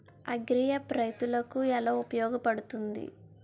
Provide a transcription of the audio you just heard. Agri app రైతులకి ఏలా ఉపయోగ పడుతుంది?